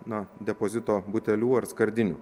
na depozito butelių ar skardinių